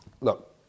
Look